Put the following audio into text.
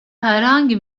herhangi